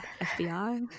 fbi